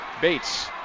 Bates